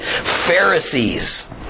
Pharisees